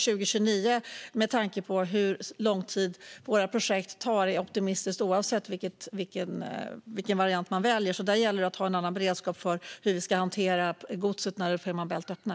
Jag tror dock att 2029 är optimistiskt oavsett vilken variant man väljer, med tanke på hur lång tid våra projekt tar. Det gäller att ha en annan beredskap för hur vi ska hantera godset när Fehmarn Bält-förbindelsen öppnar.